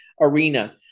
arena